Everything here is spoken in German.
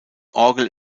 orgel